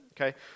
okay